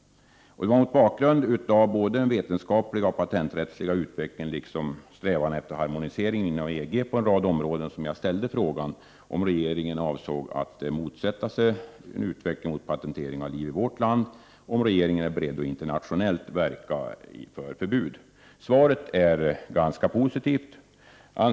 Mot bakgrund av både den vetenskapliga och den patenträttsliga utvecklingen, liksom strävandena efter harmonisering med EG inom en rad områden, har jag ställt min fråga om regeringen avser att motsätta sig en utveckling mot patentering av liv i vårt land och om regeringen är beredd att internationellt verka för förbud. Svaret är ganska positivt.